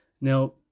Now